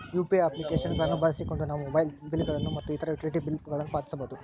UPI application ಗಳನ್ನು ಬಳಸಿಕೊಂಡು ನಾವು ಮೊಬೈಲ್ ಬಿಲ್ ಗಳು ಮತ್ತು ಇತರ ಯುಟಿಲಿಟಿ ಬಿಲ್ ಗಳನ್ನು ಪಾವತಿಸಬಹುದು